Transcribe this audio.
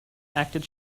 acted